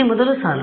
ಇಲ್ಲಿ ಮೊದಲ ಸಾಲು